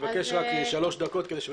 אני